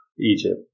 Egypt